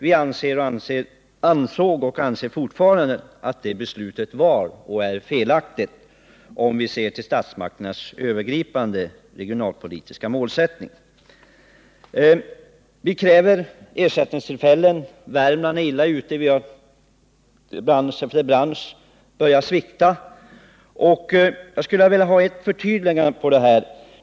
Vi ansåg, och anser fortfarande, att det beslutet var och är felaktigt, om vi ser till 69 Vi kräver ersättningsobjekt. Värmland är illa ute: bransch efter bransch börjar svikta. Jag skulle vilja ha ett förtydligande här.